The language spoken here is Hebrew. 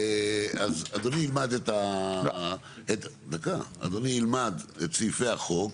אז אדוני ילמד את סעיפי החוק.